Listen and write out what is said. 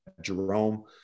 Jerome